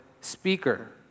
speaker